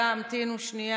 בעד, 17,